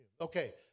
Okay